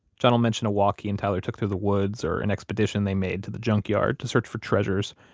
john will mention a walk he and tyler took through the woods, or an expedition they made to the junkyard to search for treasures,